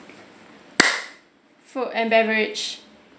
food and beverage